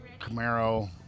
Camaro